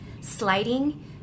sliding